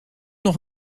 nog